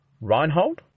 Reinhold